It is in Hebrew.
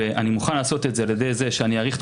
ואני מוכן לעשות את זה על ידי שאני אאריך את